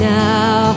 now